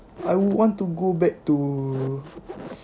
I would want to go back to